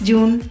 June